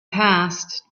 passed